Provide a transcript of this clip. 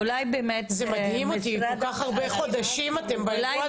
זה מדהים אותי כל כך הרבה חודשים אתם באירוע